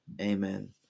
amen